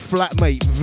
Flatmate